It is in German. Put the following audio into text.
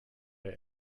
der